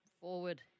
Forward